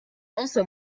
also